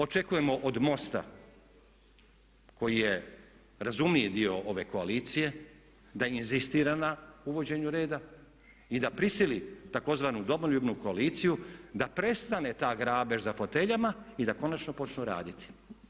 Očekujemo od MOST-a koji je razumniji dio ove koalicije da inzistira na uvođenju reda i da prisili tzv. Domoljubnu koaliciju da prestane ta grabež za foteljama i da konačno počnu raditi.